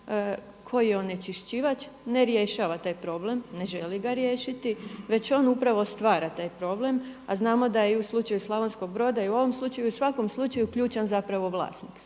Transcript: koji onečišćivač ne rješava taj problem, ne želi ga riješiti već on upravo stvar taj problem. A znamo da je i u slučaju Slavonskog Broda i u ovom slučaju i svakom slučaju ključan zapravo vlasnik.